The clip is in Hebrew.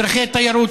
מדריכי תיירות,